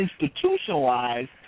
institutionalized